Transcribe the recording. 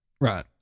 Right